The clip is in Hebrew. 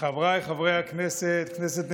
חבריי חברי הכנסת, כנסת נכבדה,